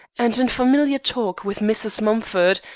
and, in familiar talk with mrs. mumford,